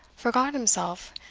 forgot himself,